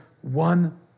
one